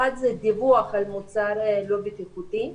אחת זה דיווח על מוצר לא בטיחותי,